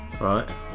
Right